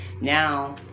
Now